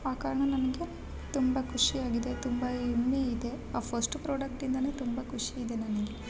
ಆ ಕಾರಣ ನನಗೆ ತುಂಬ ಖುಷಿಯಾಗಿದೆ ತುಂಬಾ ಹೆಮ್ಮೆಯಿದೆ ಆ ಫಸ್ಟ್ ಪ್ರಾಡಕ್ಟ್ ಇಂದ ತುಂಬ ಖುಷಿ ಇದೆ ನನಗೆ